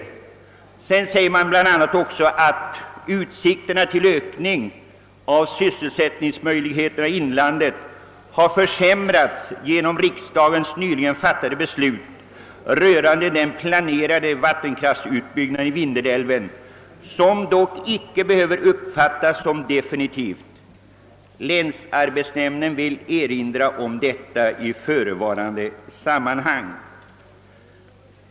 Man säger bl.a. också att utsikterna till en ökning av sysselsättningsmöjligheterna i inlandet har försämrats genom riksdagens nyligen fattade beslut rörande den planerade vattenkraftsutbyggnaden i Vindelälven, vilken dock inte behöver uppfattas som «definitiv. Länsarbetsnämnden har emellertid velat erinra om detta i förevarande sammanhang.